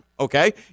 Okay